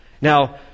Now